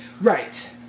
right